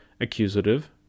accusative